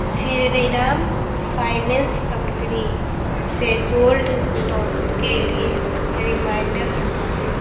Shriram finance company से gold loan के लिए रिमाइंडर हटाएँ